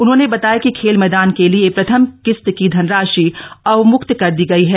उन्होंने बताया कि खेल मैदान के लिए प्रथम किस्त की धनराशि अवमुक्त कर दी गई है